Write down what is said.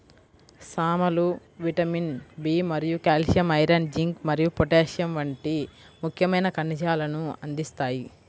సామలు vitamin B మరియు calcium, iron, zinc మరియు పొటాషియం వంటి ముఖ్యమైన ఖనిజాలను అందిస్తాయి